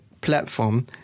platform